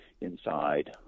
inside